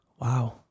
Wow